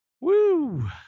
Woo